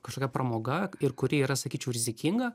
kažką pramoga ir kuri yra sakyčiau rizikinga